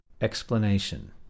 Explanation